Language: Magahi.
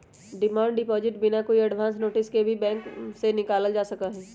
डिमांड डिपॉजिट बिना कोई एडवांस नोटिस के कोई भी समय बैंक से निकाल्ल जा सका हई